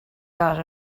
got